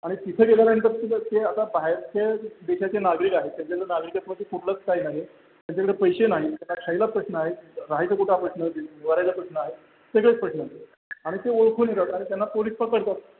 आणि तिथे गेल्यानंतर तिथं ते आता बाहेरच्या देशाचे नागरिक आहेत त्यांच्याकडं नागरिकत्व ते कुठलंच काही नाही त्यांच्याकडे पैसे नाहीत त्यांना खायला प्रश्न आहेत राहायचं कुठं हा प्रश्न आहे निवाऱ्याचा प्रश्न आहे सगळेच प्रश्न आहेत आणि ते ओळखून येतात आणि त्यांना पोलीस पकडतात